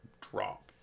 drop